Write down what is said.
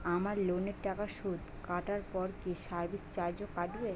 আমার লোনের টাকার সুদ কাটারপর কি সার্ভিস চার্জও কাটবে?